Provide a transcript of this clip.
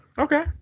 okay